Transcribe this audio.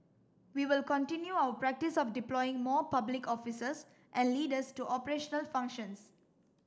we will continue our practice of deploying more public officers and leaders to operational functions